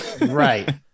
Right